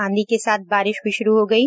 आंधी के साथ बारिश भी शुरू हो गयी